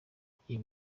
kutagira